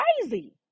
crazy